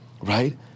right